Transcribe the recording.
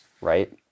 right